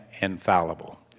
infallible